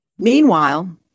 Meanwhile